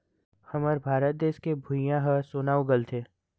हमर भारत देस के भुंइयाँ ह सोना उगलथे